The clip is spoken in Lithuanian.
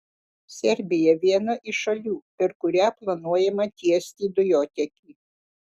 serbija viena iš šalių per kurią planuojama tiesti dujotiekį